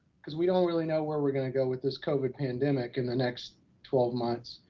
cause we don't really know where we're gonna go with this covid pandemic in the next twelve months,